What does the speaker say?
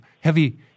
heavy